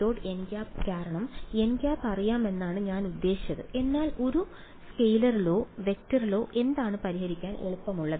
nˆ കാരണം nˆ അറിയാമെന്നാണ് ഞാൻ ഉദ്ദേശിച്ചത് എന്നാൽ ഒരു സ്കെയിലറിനോ വെക്ടറിനോ എന്താണ് പരിഹരിക്കാൻ എളുപ്പമുള്ളത്